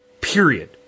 Period